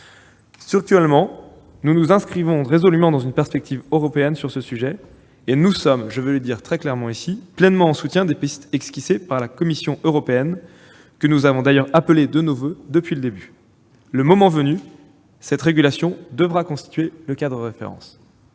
Structurellement, nous nous inscrivons résolument dans une perspective européenne sur ce sujet et, je le dis très clairement, nous soutenons pleinement les pistes esquissées par la Commission européenne que nous avons d'ailleurs appelées de nos voeux depuis le début. Le moment venu, cette régulation devra constituer le cadre de référence.